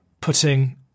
putting